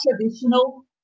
traditional